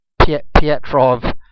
Pietrov